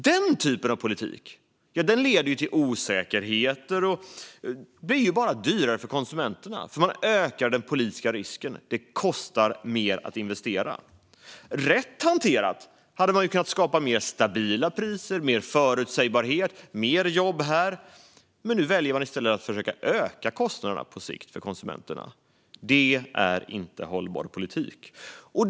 Den typen av politik leder till osäkerhet, och det blir bara dyrare för konsumenterna. När man ökar den politiska risken kostar det mer att investera. Rätt hanterat hade man kunnat skapa mer stabila priser, mer förutsägbarhet och fler jobb här. Nu väljer man i stället att försöka öka kostnaderna på sikt för konsumenterna. Det är inte hållbar politik.